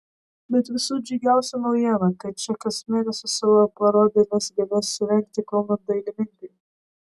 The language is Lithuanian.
bet visų džiugiausia naujiena kad čia kas mėnesį savo parodėles galės surengti kauno dailininkai